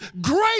great